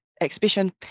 exhibition